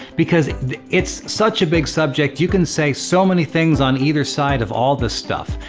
because it's such a big subject, you can say so many things on either side of all this stuff.